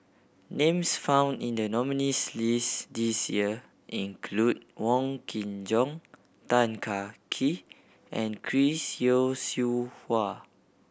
names found in the nominees' list this year include Wong Kin Jong Tan Kah Kee and Chris Yeo Siew Hua